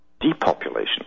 depopulation